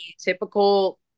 typical